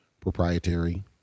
proprietary